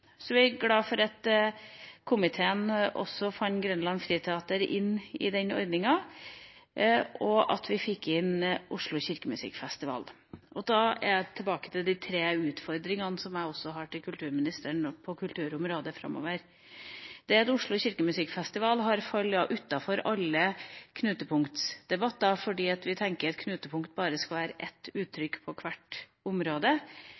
Så er jeg glad for at komiteen også fikk Grenland Friteater inn i den ordninga, og at vi fikk inn Oslo internasjonale Kirkemusikkfestival. Da kommer jeg tilbake til de tre utfordringene som jeg har til kulturministeren på kulturområdet framover. Det at Oslo internasjonale Kirkemusikkfestival har falt utenfor alle knutepunktsdebatter fordi vi tenker at et knutepunkt bare skal være ett uttrykk på hvert område,